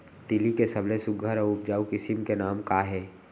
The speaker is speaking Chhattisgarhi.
तिलि के सबले सुघ्घर अऊ उपजाऊ किसिम के नाम का हे?